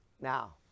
Now